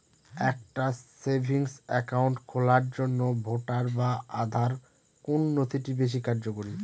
একটা savings account খোলার জন্য ভোটার বা আধার কোন নথিটি বেশী কার্যকরী?